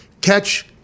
catch